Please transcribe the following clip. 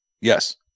Yes